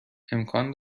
امکان